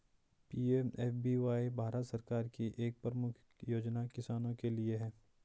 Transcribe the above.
PMFBY Bharat सरकार की एक प्रमुख योजना किसानों के लिए है